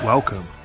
Welcome